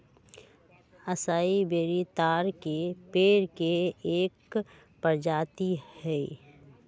असाई berry ताड़ के पेड़ के एक प्रजाति हई